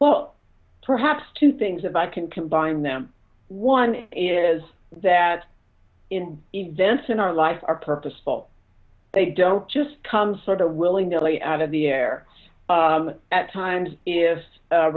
well perhaps two things if i can combine them one is that in events in our life are purposeful they don't just come sort of willing to lay out of the air at times if